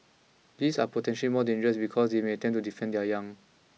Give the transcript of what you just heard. these are potential more dangerous because they may attempt to defend their young